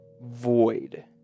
void